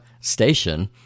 station